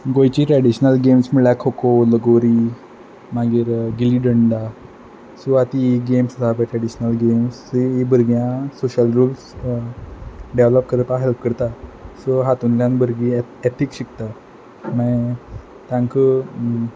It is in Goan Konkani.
गोंयची ट्रॅडिशनल गेम्स म्हळ्ळ्यार खोखो लगोरी मागीर गिली डंडा सो आत हीं गेम्स आसा पय ट्रॅडिशनल गेम्स सो हीं हीं भुरग्यां सोशल रुल्स डॅवोलॉप करपा हॅल्प करता सो हातुंतल्यान भुरगीं एत एथीक शिकता माय तांक